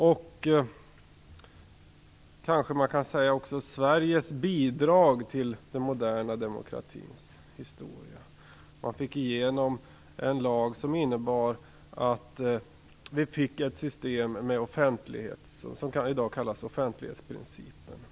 Kanske kan man också säga att det var Sveriges bidrag till den moderna demokratins historia. Man fick igenom en lag som innebar ett system med offentlighet, som i dag kallas för offentlighetsprincipen.